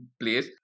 place